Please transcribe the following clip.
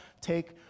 take